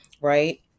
Right